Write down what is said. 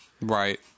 right